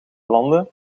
landen